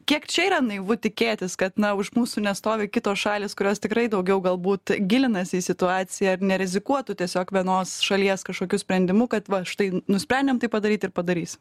kiek čia yra naivu tikėtis kad na už mūsų nestovi kitos šalys kurios tikrai daugiau galbūt gilinasi į situaciją ir nerizikuotų tiesiog vienos šalies kažkokiu sprendimu kad va štai nusprendėm taip padaryt ir padarys